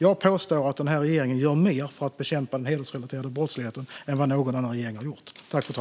Jag påstår att den här regeringen gör mer för att bekämpa den hedersrelaterade brottsligheten än vad någon annan regering har gjort.